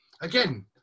again